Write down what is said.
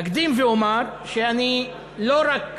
אקדים ואומר שלא רק